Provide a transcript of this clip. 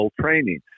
training